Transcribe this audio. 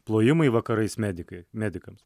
plojimai vakarais medikai medikam